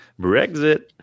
Brexit